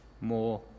more